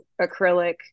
acrylic